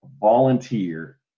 volunteer